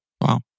Wow